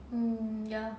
oh ya